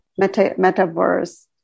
metaverse